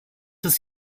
ist